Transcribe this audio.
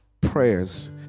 prayers